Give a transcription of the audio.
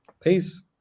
Peace